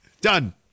Done